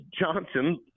Johnson –